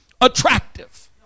attractive